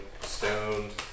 stoned